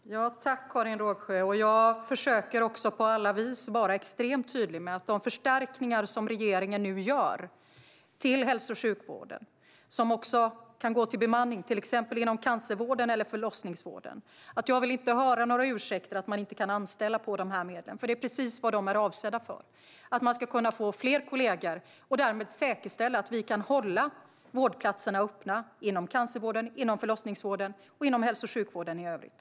Fru talman! Jag tackar Karin Rågsjö. Jag försöker på alla vis att vara extremt tydlig med att de förstärkningar som regeringen gör i hälso och sjukvården också ska gå till bemanning inom exempelvis cancervård och förlossningsvård. Jag vill inte höra några ursäkter om att man inte kan anställa med dessa medel, för det är precis vad de är avsedda för. Får personalen fler kollegor kan vi säkerställa att vårdplatserna hålls öppna inom cancervård, förlossningsvård och hälso och sjukvård i övrigt.